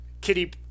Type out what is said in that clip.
Kitty